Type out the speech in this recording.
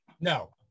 No